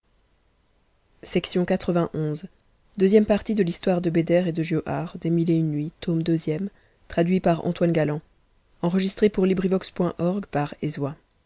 histoire de noareddin et de